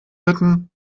bitten